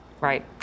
Right